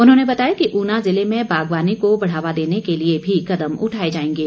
उन्होंने बताया कि ऊना ज़िले में बागवानी को बढ़ावा देने के लिए भी कदम उठाए जाएंगे